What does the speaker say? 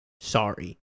Sorry